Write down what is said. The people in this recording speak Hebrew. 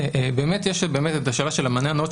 באמת יש את השאלה של המענה הנאות,